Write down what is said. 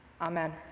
Amen